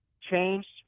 changed